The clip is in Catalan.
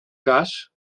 cas